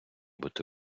бути